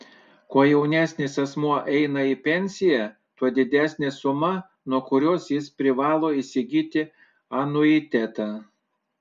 kuo jaunesnis asmuo eina į pensiją tuo didesnė suma nuo kurios jis privalo įsigyti anuitetą